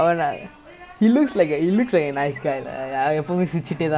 then now in the like ரொம்ப நேரம் விளையாடலாம்:romba neram vilaiyaadalaam then he got unfit then quite sad lah